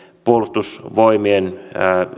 puolustusvoimien